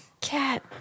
Cat